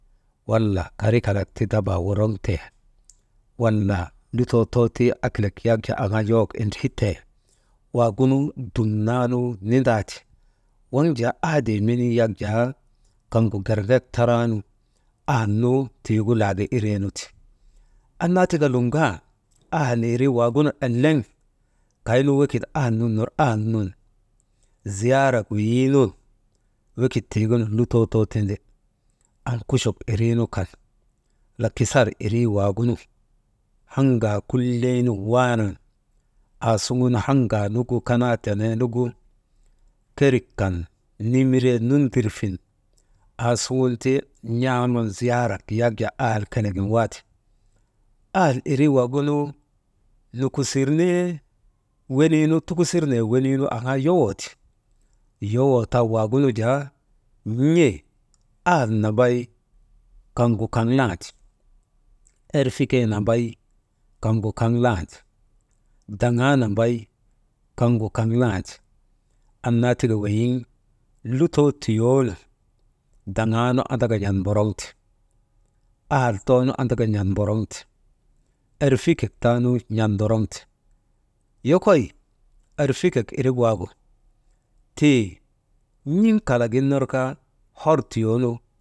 Walla karik kalak ti dabaa woroŋtee wala lutoo too ti akilek aŋaa yowok windriitee, waagunu dumnaanu nindaati, waŋ jaa aadee menii yak jaa kaŋgu gerŋek taraanu ahal nu tiigu laaga ireenu ti, anna tika luŋgan ahal irii waagunu eleŋ, kaynu wekik ahal nun ner ahal nun ziyaarak weyii nun wekit tiigunun lutoo too tindi, ankuchuk irii nu kan wala kisar irii nu, haŋaa kuley nun waanan aasuŋun haŋaa nugu kanaa tenee nugu kerik kan nimiree nindirfin aasuŋun ti n̰aaman ziyaarak ahal kelegin waate. Ahal irii waagunu «hesitation» tukusirnee weniinu yowoo ti, woyoo taa waagunu jaa n̰ee ahal nambay kaŋgu kaŋ landi, erfikee nambay kaŋgu kaŋ landi, daŋaa nambay kaŋgu kaŋ landi, annna tika weyiŋ lutoo tiyoonu daŋaanu andaka n̰at mboroŋte, ahal toonu andaka n̰at mboroŋte, erfikek taanu n̰at doroŋte, yokoy erfikek irik waagu tii, n̰iŋ kalagin ner kaa hortuyoonu.